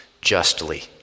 justly